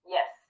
Yes